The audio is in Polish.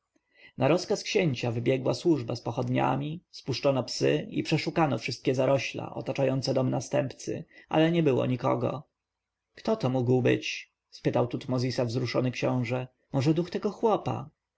na rozkaz księcia wybiegła służba z pochodniami spuszczono psy i przeszukano wszystkie zarośla otaczające dom następcy ale nie było nikogo kto to mógł być pytał tutmozisa wzruszony książę może duch tego chłopa